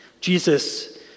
Jesus